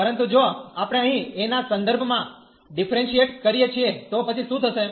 પરંતુ જો આપણે અહીં a ના સંદર્ભમાં ડીફરેન્શીયેટ કરીએ છીએ તો પછી શું થશે